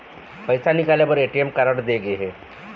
पइसा निकाले बर ए.टी.एम कारड दे गे हे